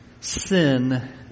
sin